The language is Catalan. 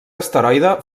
asteroide